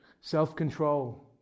self-control